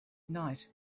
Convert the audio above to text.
night